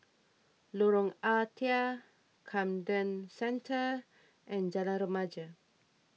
Lorong Ah Thia Camden Centre and Jalan Remaja